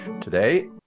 today